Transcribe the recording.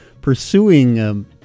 pursuing—